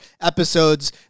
episodes